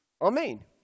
Amen